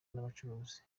n’abacuruzi